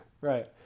Right